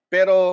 Pero